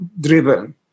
driven